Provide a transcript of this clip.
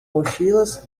mochilas